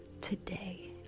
today